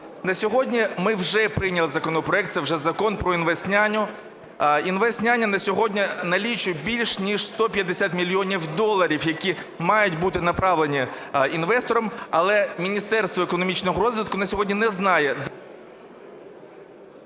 На сьогодні ми вже прийняли законопроект, це вже Закон про "інвестняню". "Інвестняня" на сьогодні налічує більше ніж 150 мільйонів доларів, які мають бути направлені інвесторам, але Міністерство економічного розвитку на сьогодні не знає…